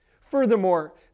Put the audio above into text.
Furthermore